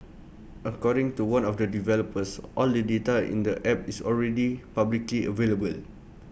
according to one of the developers all the data in the app is already publicly available